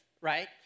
right